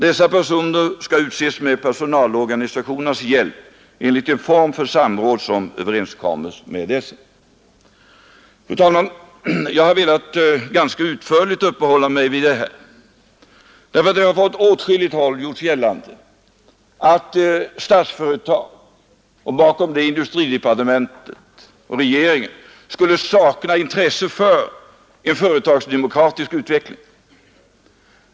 Dessa personer skall utses med personalorganisationernas hjälp enligt en form för samråd som överenskommes med dessa. Jag har velat uppehålla mig ganska utförligt vid dessa frågor, därför att man från åtskilliga håll har gjort gällande att Statsföretag, och bakom det industridepartementet och regeringen, skulle sakna intresse för en företagsdemokratisk utveckling.